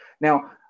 Now